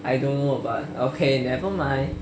I don't know but okay nevermind